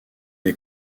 est